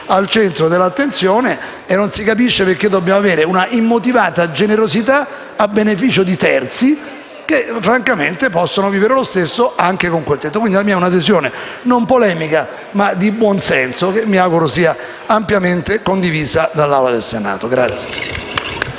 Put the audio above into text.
al centro dell'attenzione e non si capisce perché dobbiamo avere una immotivata generosità a beneficio di terzi, che francamente possono vivere lo stesso, anche con quel tetto. La mia, quindi, è un'adesione non polemica ma di buonsenso, che mi auguro sia ampiamente condivisa dall'Assemblea del Senato.